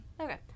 Okay